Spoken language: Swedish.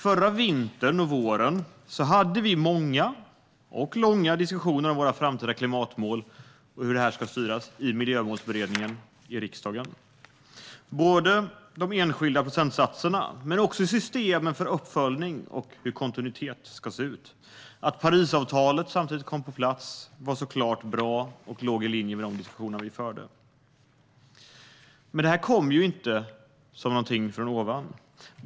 Förra vintern och våren hade vi många och långa diskussioner om våra framtida klimatmål och hur det här ska styras i Miljömålsberedningen i riksdagen, både de enskilda procentsatserna och hur systemen för uppföljning och kontinuitet ska se ut. Att Parisavtalet samtidigt kom på plats var såklart bra och låg i linje med de diskussioner vi förde. Men det här kom ju inte som någonting från ovan.